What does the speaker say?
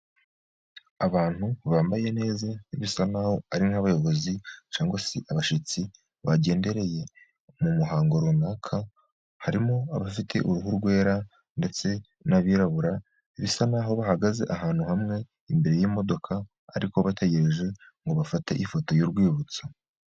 Abantu bambaye neza bisa naho ari nk'abayobozi cyangwa se abashyitsi bagendereye mu muhango runaka, harimo abafite uruhu rwera ndetse n'abirabura, bisa naho bahagaze ahantu hamwe imbere y'imodoka ariko bategereje ngo bafate ifoto y'urwibutso.